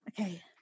okay